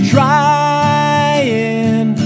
Trying